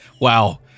wow